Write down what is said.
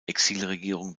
exilregierung